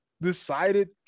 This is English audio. decided